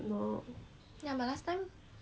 jess and